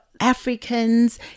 Africans